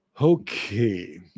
Okay